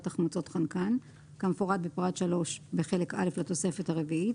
תחמוצות חנקן כמפורט בפרט 3 בחלק א' לתוספת הרביעית,